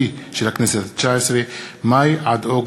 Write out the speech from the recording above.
הצעת החוק עברה בקריאה ראשונה.